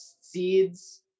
seeds